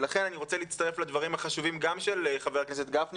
לכן אני רוצה להצטרף לדברים החשובים גם של חה"כ גפני